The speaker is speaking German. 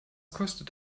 kostet